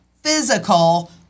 physical